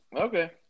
Okay